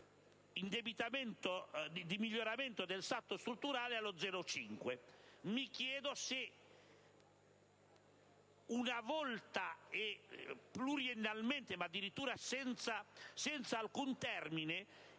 Mi chiedo se, una volta e pluriennalmente, ma addirittura senza alcun termine,